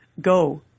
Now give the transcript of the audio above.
Go